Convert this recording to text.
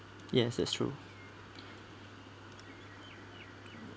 yes that's true